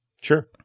sure